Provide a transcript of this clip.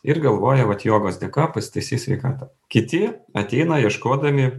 ir galvoja vat jogos dėka pasitaisys sveikatą kiti ateina ieškodami